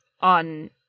on